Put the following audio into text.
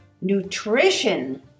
nutrition